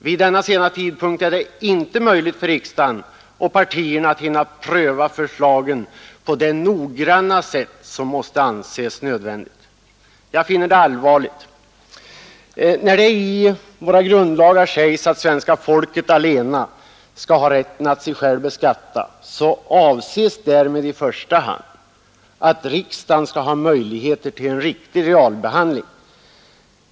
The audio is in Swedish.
Vid denna sena tidpunkt är det inte möjligt för riksdagen och partierna att hinna pröva förslagen på det noggranna sätt som måste anses nödvändigt. Jag finner detta allvarligt. När det i våra grundlagar sägs, att svenska folket allena skall ha rätten att sig självt beskatta, så avses därmed i första hand att riksdagen skall ha möjligheter till en riktig realbehandling.